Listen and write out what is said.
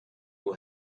who